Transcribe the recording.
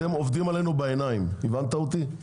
אתם עובדים עלינו בעיניים, הבנת אותי?